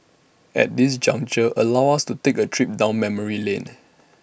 at this juncture allow us to take A trip down memory lane